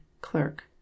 Clerk